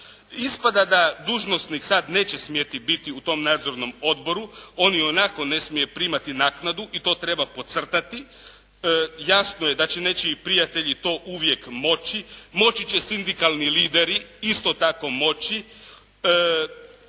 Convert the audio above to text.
Ispada da dužnosnik sad neće smjeti biti u tom nadzornom odboru, on ionako ne smije primati naknadu i to treba podcrtati. Jasno je da će nečiji prijatelji to uvijek moći, moći će sindikalni lideri, isto tako moći,